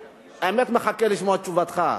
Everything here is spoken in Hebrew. האמת, אני מחכה לשמוע את תשובתך.